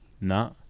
No